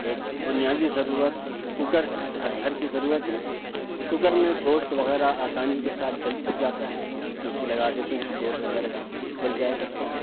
ایک بُنیادی ضرورت کوکر ہے جو ہر گھر کی ضرورت ہے کوکر میں گوشت وغیرہ آسانی کے ساتھ جلد پک جاتا ہے سیٹی لگا دیتے ہیں تو گوشت وغیرہ جلدی گل جایا کرتا ہے